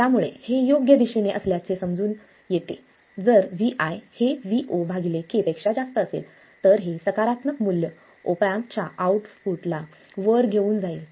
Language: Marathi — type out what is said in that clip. त्यामुळे हे योग्य दिशेने असल्याचे दिसून येते जर Vi हे Vo k पेक्षा जास्त असेल तर हे सकारात्मक मूल्य ऑप एम्प च्या आऊट आउटपुट ला वर घेऊन जाईल